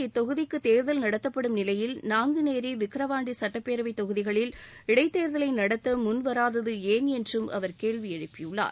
இத்தொகுதிக்குதேர்தல் நடத்தப்படும் நிலையில் தற்போது நாங்குநேரி விக்கிரவாண்டிசட்டப்பேரவைத் தொகுதிகளில் இடைத்தேர்தலைநடத்தமுன்வராததுஏன் என்றும் அவர் கேள்விஎழுப்பினார்